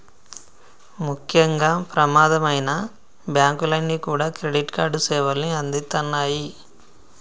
ముఖ్యంగా ప్రమాదమైనా బ్యేంకులన్నీ కూడా క్రెడిట్ కార్డు సేవల్ని అందిత్తన్నాయి